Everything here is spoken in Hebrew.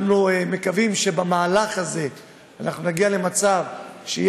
אנחנו מקווים שבמהלך הזה אנחנו נגיע למצב שתהיה